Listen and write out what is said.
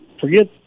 forget